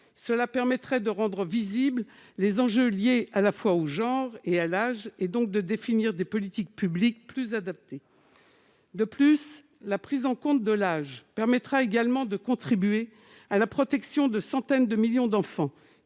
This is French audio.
Cela permettrait de rendre visibles les enjeux liés à la fois au genre et à l'âge, donc de définir des politiques publiques plus adaptées. La prise en compte de l'âge permettra également de contribuer à la protection de centaines de millions d'enfants